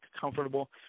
comfortable